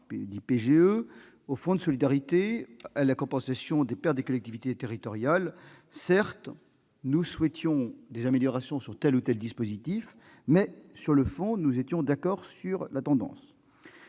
par l'État, fonds de solidarité, mais aussi compensation des pertes des collectivités territoriales. Certes, nous souhaitions des améliorations de tel ou tel dispositif, mais, sur le fond, nous étions d'accord. Laurent